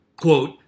quote